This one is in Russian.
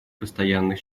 постоянных